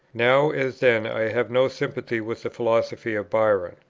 now, as then, i have no sympathy with the philosophy of byron.